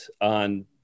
on